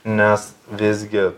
nes visgi